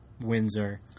Windsor